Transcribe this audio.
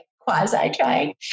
quasi-trying